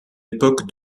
époque